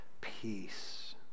peace